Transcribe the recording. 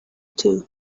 too